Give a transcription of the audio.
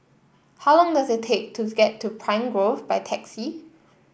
how long does it take to get to Pine Grove by taxi